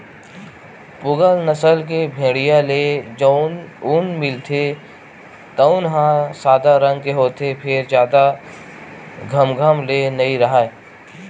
पूगल नसल के भेड़िया ले जउन ऊन मिलथे तउन ह सादा रंग के होथे फेर जादा घमघम ले नइ राहय